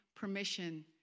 Permission